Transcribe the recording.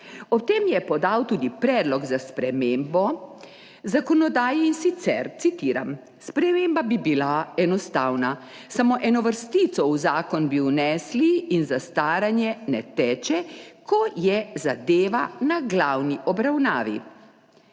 Ob tem je podal tudi predlog za spremembo zakonodaje, in sicer, citiram: »Sprememba bi bila enostavna, samo eno vrstico v zakon bi vnesli in zastaranje ne teče, ko je zadeva na glavni obravnavi.«